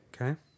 Okay